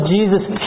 Jesus